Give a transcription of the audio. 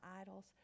idols